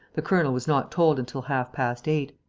the colonel was not told until half-past eight.